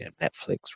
Netflix